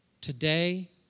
today